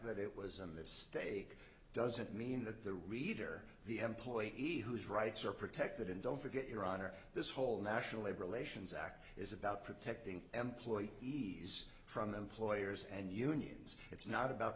that it was a mistake doesn't mean that the reader the employee whose rights are protected and don't forget your honor this whole national labor relations act is about protecting employee ease from employers and unions it's not about